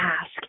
ask